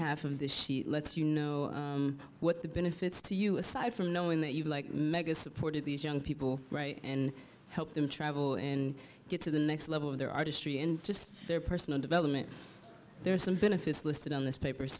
half of the sheet lets you know what the benefits to you aside from knowing that you like mega supported these young people right and help them travel and get to the next level of their artistry in just their personal development there are some benefits listed on this paper